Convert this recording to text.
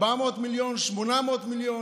400 מיליון, 800 מיליון.